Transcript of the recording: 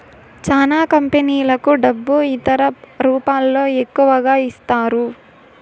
చానా కంపెనీలకు డబ్బు ఇతర రూపాల్లో ఎక్కువగా ఇస్తారు